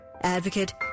advocate